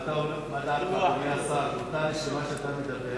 מה דעתך, אדוני השר, באותה נשימה שאתה מדבר,